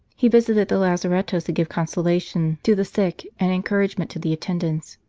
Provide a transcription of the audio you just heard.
he visited the lazar ettoes to give consolation to the sick and encourage ment to the attendants.